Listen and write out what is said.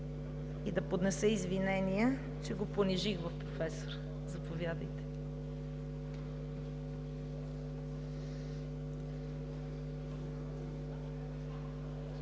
и да поднеса извинения, че го понижих в професор. Заповядайте,